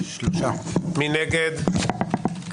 מי נגד?